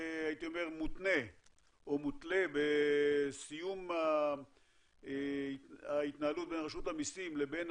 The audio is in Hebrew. הייתי אומר מותנה או מותלה בסיום ההתנהלות בין רשות המיסים לבין